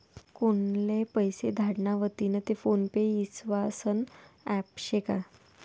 कोनले पैसा धाडना व्हतीन ते फोन पे ईस्वासनं ॲप शे का?